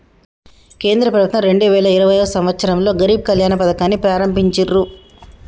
కేంద్ర ప్రభుత్వం రెండు వేల ఇరవైయవ సంవచ్చరంలో గరీబ్ కళ్యాణ్ పథకాన్ని ప్రారంభించిర్రు